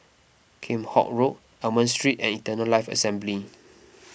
Kheam Hock Road Almond Street and Eternal Life Assembly